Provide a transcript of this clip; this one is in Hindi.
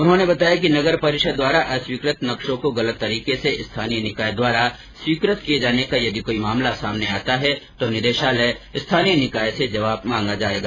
उन्होंने बताया कि नगर परिषद् द्वारा अस्वीकृत नक्शों को गलत तरीके से स्थानीय निकाय द्वारा स्वीकृत किये जाने का यदि कोई मामला सामने आता है तो निदेशालय स्थानीय निकाय से जवाब मांगा जाएगा